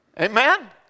Amen